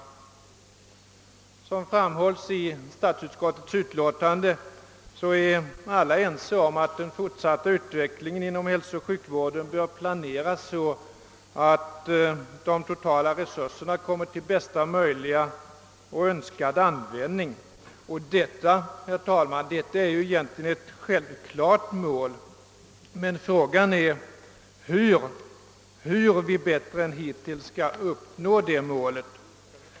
Såsom framhålles i statsutskottets utlåtande nr 151 är alla ense om att den fortsatta utvecklingen inom hälsooch sjukvården bör planeras så att de totala resurserna kommer till bästa möjliga och önskad användning. Detta är, herr talman, egentligen ett självklart mål. Frågan är emellertid hur vi bättre än hittills skall kunna uppnå detta mål.